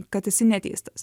kad esi neteistas